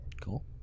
cool